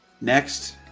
next